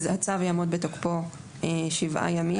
אז הצו יעמוד בתוקפו במשך שבעה ימים.